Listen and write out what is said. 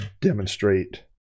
demonstrate